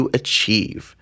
achieve